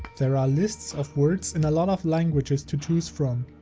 there are lists of words in a lot of languages to choose from,